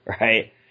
right